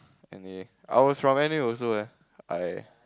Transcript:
N_A I was from N_A also eh I